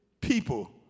people